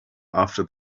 after